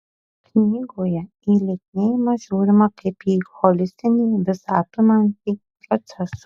knygoje į lieknėjimą žiūrima kaip į holistinį visą apimantį procesą